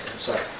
sorry